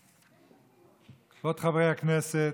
כבוד חברי הכנסת,